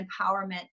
empowerment